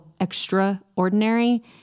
extraordinary